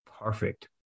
Perfect